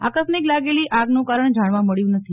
આકસ્મિક લાગેલી આગનું કારણ જાણવા મળ્યું નથી